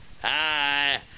Hi